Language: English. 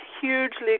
hugely